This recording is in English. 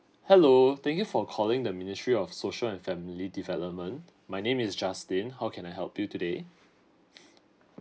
hello thank you for calling the ministry of social and family development my name is justin how can I help you today